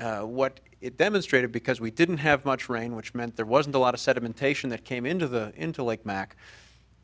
fact what it demonstrated because we didn't have much rain which meant there wasn't a lot of sedimentation that came into the into lake mack